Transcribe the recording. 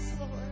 Lord